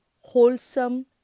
wholesome